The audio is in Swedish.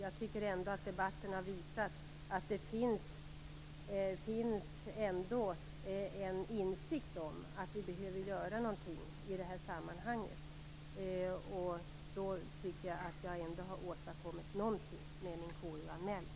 Jag tycker ändå att debatten har visat att det finns en insikt om att vi behöver göra något i detta sammanhang. Då tycker jag ändå att jag har åstadkommit något med min KU-anmälan.